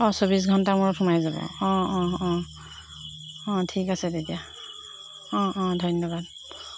অঁ চৌবিছ ঘণ্টাৰ মূৰত সোমাই যাব অঁ অঁ অঁ অঁ ঠিক আছে তেতিয়া অঁ অঁ ধন্যবাদ